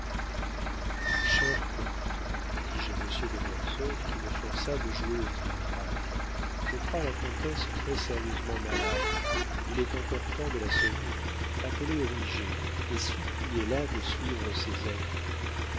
comte dis-je à monsieur de mortsauf qui me força de jouer au trictrac je crois la comtesse très-sérieusement malade il est encore temps de la sauver appelez origet et suppliez la de suivre ses avis